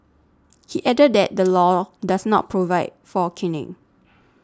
he added that the law does not provide for caning